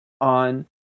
on